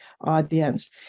audience